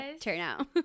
turnout